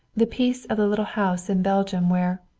the peace of the little house in belgium where,